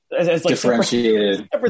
differentiated